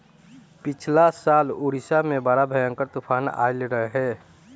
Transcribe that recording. पिछला साल उड़ीसा में बड़ा भयंकर तूफान आईल रहे